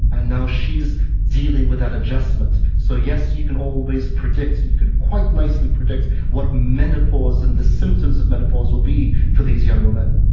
and now she's dealing with that adjustment. so, yes, you can always predict, you can quite nicely predict, what menopause and the symptoms of menopause will be for these young women